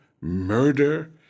murder